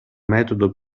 metodo